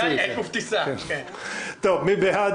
מי בעד?